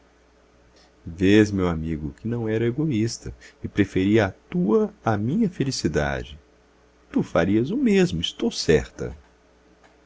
meu amigo que não era egoísta e preferia a tua à minha felicidade tu farias o mesmo estou certa